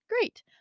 Great